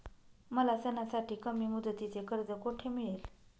मला सणासाठी कमी मुदतीचे कर्ज कोठे मिळेल?